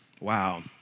Wow